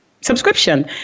subscription